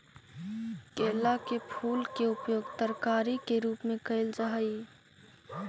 केला के फूल के उपयोग तरकारी के रूप में कयल जा हई